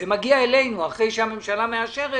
מגיע אלינו אחרי שהממשלה מאשרת,